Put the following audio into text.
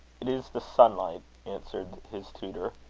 it is the sunlight, answered his tutor.